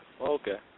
Okay